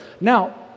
Now